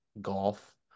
golf